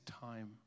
time